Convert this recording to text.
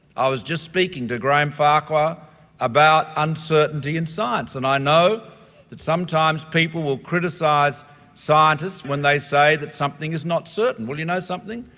i was just speaking to graham farquhar about uncertainty in science and i know that sometimes people will criticise scientists when they say that something is not certain. well you know something,